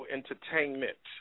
Entertainment